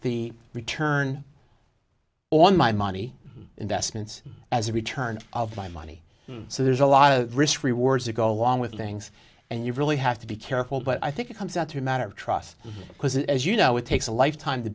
the return on my money investments as a return of my money so there's a lot of risk rewards to go along with things and you really have to be careful but i think it comes out to a matter of trust because as you know it takes a lifetime to